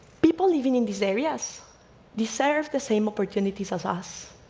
people living in these areas deserve the same opportunities as us.